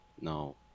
No